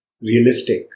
realistic